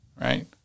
right